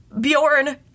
Bjorn